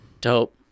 Dope